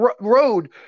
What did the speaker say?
road